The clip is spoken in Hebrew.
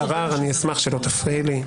חברת הכנסת קארין אלהרר, אני אשמח שלא תפריעי לי.